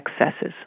excesses